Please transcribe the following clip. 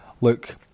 look